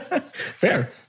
fair